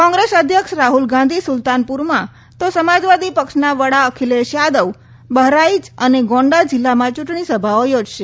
કોંગ્રેસ અધ્યક્ષ રાહુલ ગાંધી સુલતાનપુરમાં તો સમાજવાદી પક્ષના વડા અખિલેશ યાદવ બહરાઈચ અને ગોંન્ડા જીલ્લામાં ચુંટણી સભાઓ યોજશે